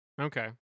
Okay